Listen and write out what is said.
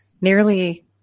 nearly